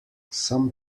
some